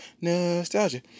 Nostalgia